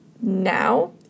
now